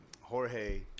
Jorge